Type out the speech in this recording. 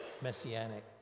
messianic